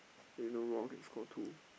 eh no Roar can score two